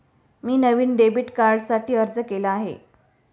मी नवीन डेबिट कार्डसाठी अर्ज केला आहे